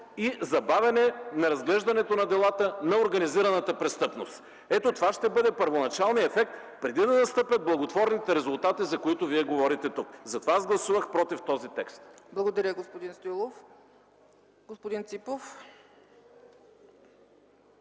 и забавяне на разглеждането на делата на организираната престъпност. Ето това ще бъде първоначалния ефект, преди да настъпят благотворните резултати, за които вие говорите тук. Затова аз гласувах „против” този текст. ПРЕДСЕДАТЕЛ ЦЕЦКА ЦАЧЕВА: Благодаря, господин Стоилов. Господин Ципов.